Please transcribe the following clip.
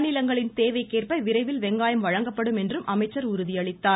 மாநிலங்களின் தேவைக்கேற்ப விரைவில் வெங்காயம் வழங்கப்படும் என்றும் அமைச்சர் உறுதிஅளித்தார்